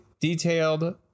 detailed